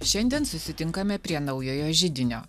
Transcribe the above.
šiandien susitinkame prie naujojo židinio